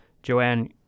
Joanne